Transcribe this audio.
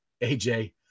AJ